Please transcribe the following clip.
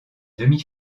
demi